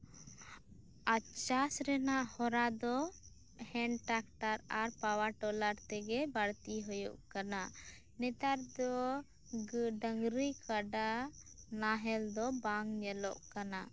ᱟᱨ ᱪᱟᱥ ᱨᱮᱱᱟᱜ ᱦᱚᱨᱟ ᱫᱚ ᱦᱮᱱ ᱴᱨᱟᱠᱴᱟᱨ ᱟᱨ ᱯᱟᱣᱟᱨ ᱴᱨᱤᱞᱟᱨ ᱛᱮᱜᱮ ᱵᱟᱹᱲᱛᱤ ᱦᱩᱭᱩᱜ ᱠᱟᱱᱟ ᱱᱮᱛᱟᱨ ᱫᱚ ᱰᱟᱝᱨᱤ ᱠᱟᱰᱟ ᱱᱟᱦᱮᱞ ᱫᱚ ᱵᱟᱝ ᱧᱮᱞᱚᱜ ᱠᱟᱱᱟ